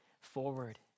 forward